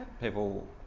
people